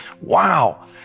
Wow